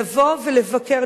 לבוא ולבקר,